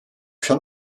schon